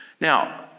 Now